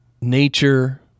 nature